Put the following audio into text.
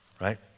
right